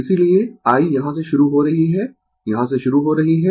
इसीलिए I यहां से शुरू हो रही है I यहां से शुरू हो रही है